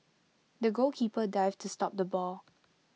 the goalkeeper dived to stop the ball